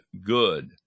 good